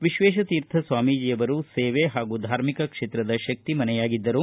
ವಿಶ್ವೇಶತೀರ್ಥ ಸ್ವಾಮೀಜಿಯವರು ಸೇವೆ ಹಾಗೂ ಧಾರ್ಮಿಕ ಕ್ಷೇತ್ರದ ಶಕ್ತಿ ಮನೆಯಾಗಿದ್ದರು